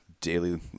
daily